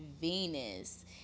Venus